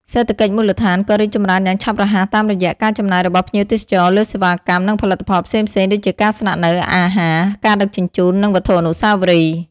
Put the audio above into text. សេដ្ឋកិច្ចមូលដ្ឋានក៏រីកចម្រើនយ៉ាងឆាប់រហ័សតាមរយៈ ការចំណាយរបស់ភ្ញៀវទេសចរ លើសេវាកម្ម និងផលិតផលផ្សេងៗ ដូចជាការស្នាក់នៅ អាហារ ការដឹកជញ្ជូន និងវត្ថុអនុស្សាវរីយ៍។